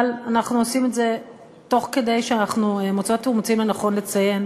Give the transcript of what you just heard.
אבל אנחנו עושים את זה תוך כדי שאנחנו מוצאות ומוצאים לנכון לציין